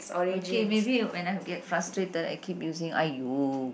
okay maybe when I get frustrated I keep using !aiyo!